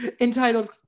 entitled